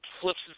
flips